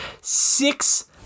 six